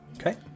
Okay